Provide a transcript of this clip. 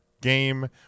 game